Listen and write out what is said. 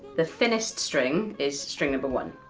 the thinnest string is string number one,